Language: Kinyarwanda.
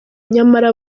nyamara